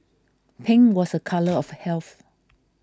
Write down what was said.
pink was a colour of health